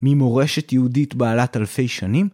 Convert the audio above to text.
ממורשת יהודית בעלת אלפי שנים?